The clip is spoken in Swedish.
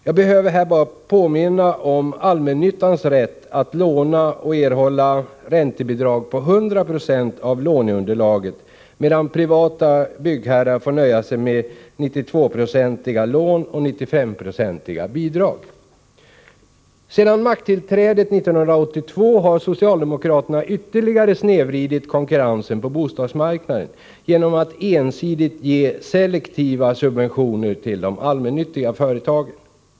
Jag behöver här bara påminna om allmännyttans rätt att låna och att erhålla räntebidrag på 100 26 av låneunderlaget, medan privata byggherrar får nöja sig med 92-procentiga lån och 95-procentiga bidrag. Sedan makttillträdet 1982 har socialdemokraterna ytterligare snedvridit konkurrensen på bostadsmarknaden genom att ensidigt ge selektiva subventioner till de allmännyttiga företagen.